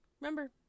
remember